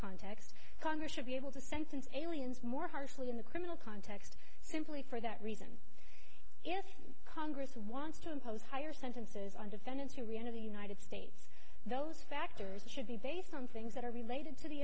context congress should be able to sense an alien's more harshly in the criminal context simply for that reason if congress wants to impose higher sentences on defendants who reenter the united states those factors should be based on things that are related to the